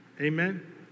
Amen